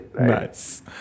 Nice